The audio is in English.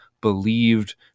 believed